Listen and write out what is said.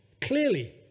clearly